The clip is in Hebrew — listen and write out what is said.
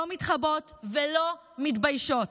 לא מתחבאות ולא מתביישות.